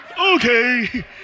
Okay